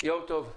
יום טוב.